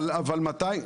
אבל מתי,